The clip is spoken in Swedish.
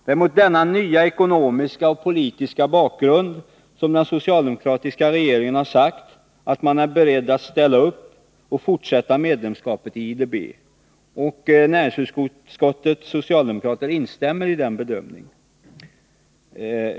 Det är mot denna nya ekonomiska och politiska bakgrund som den socialdemokratiska regeringen har sagt att man är beredd att ställa upp och fortsätta medlemskapet i IDB. Näringsutskottets socialdemokrater instämmer i den bedömningen.